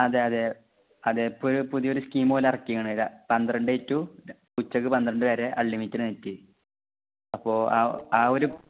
അതെയതെ അതെ ഇപ്പം പുതിയൊരു സ്കീം പോലെ ഇറക്കിയാണ് പന്ത്രണ്ട് റ്റു ഉച്ചക്ക് പന്ത്രണ്ട് വരെ അൻലിമിറ്റ്ഡ് നെറ്റ് അപ്പോൾ ആ ആ ഒരു